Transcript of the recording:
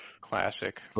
Classic